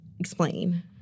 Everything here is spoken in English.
Explain